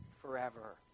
forever